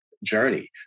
journey